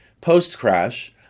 post-crash